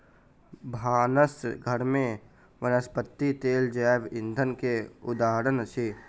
भानस घर में वनस्पति तेल जैव ईंधन के उदाहरण अछि